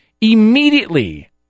immediately